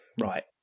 right